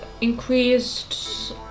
increased